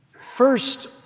First